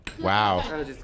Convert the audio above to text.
Wow